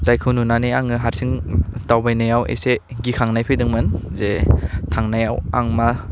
जायखौ नुनानै आङो हारसिं दावबायनायाव एसे गिखांनाय फैदोंमोन जे थांनायाव आं मा